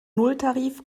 nulltarif